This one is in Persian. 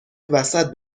وسط